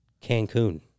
Cancun